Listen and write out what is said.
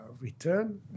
return